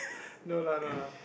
no lah no lah